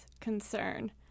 concern